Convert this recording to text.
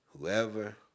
whoever